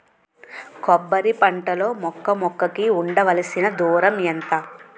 కొబ్బరి పంట లో మొక్క మొక్క కి ఉండవలసిన దూరం ఎంత